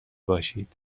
باشید